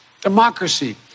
democracy